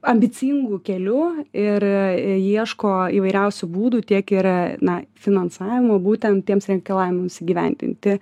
ambicingu keliu ir ieško įvairiausių būdų tiek ir na finansavimo būtent tiems reikalavimams įgyvendinti